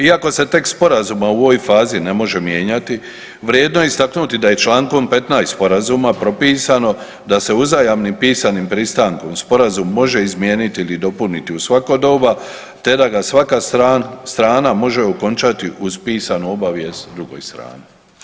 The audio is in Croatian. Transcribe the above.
Iako se tekst Sporazuma u ovoj fazi ne može mijenjati, vrijedno je istaknuti da je čl. 15 Sporazuma propisano da se uzajamnim pisanim pristankom Sporazum može izmijeniti ili dopuniti u svako doba te da ga svaka strana može okončati uz pisanu obavijest drugoj strani.